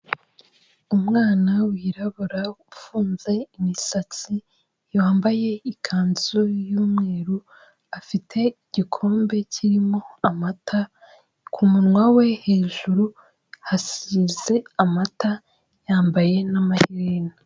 Umwana wirabura ufunze imisatsi yambaye ikanzu y'umweru afite igikombe kirimo amata kumunwa we hejuru hasize amata yambaye n'amaherena.